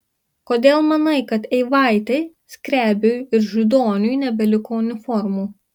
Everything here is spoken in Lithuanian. kodėl manai kad eivaitei skrebiui ir židoniui nebeliko uniformų